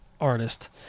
artist